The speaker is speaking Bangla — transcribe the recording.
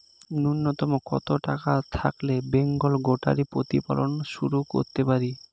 নূন্যতম কত টাকা থাকলে বেঙ্গল গোটারি প্রতিপালন শুরু করতে পারি?